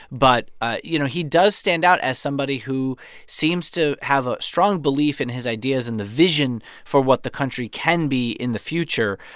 but ah you know, he does stand out as somebody who seems to have a strong belief in his ideas and the vision for what the country can be in the future.